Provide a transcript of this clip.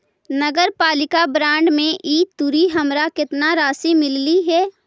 नगरपालिका बॉन्ड में ई तुरी हमरा केतना राशि मिललई हे?